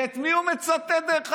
ואת מי הוא מצטט, דרך אגב?